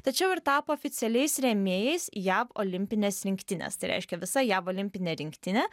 tačiau ir tapo oficialiais rėmėjais jav olimpinės rinktinės tai reiškia visa jav olimpinė rinktinė